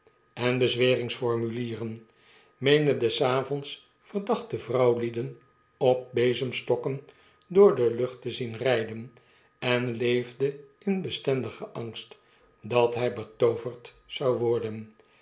en bezweringsformulieren meende des avonds verdachte vrouwlieden op bezemstokken door de lucht te zien ryden en leefde in bestendigen angst dat hy betooverd zou worden